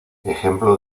ejemplo